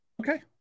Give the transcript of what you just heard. Okay